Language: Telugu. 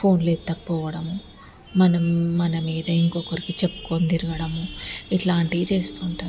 ఫోన్లు ఎత్తకపోవడం మనం మన మీద ఇంకొకరికి చెప్పుకోని తిరగడం ఇట్లాంటి చేస్తుంటారు